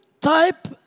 type